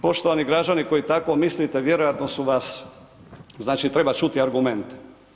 Poštovani građani koji tako mislite, vjerojatno su vas, znači, treba čuti argumente.